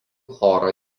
choro